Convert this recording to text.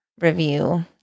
review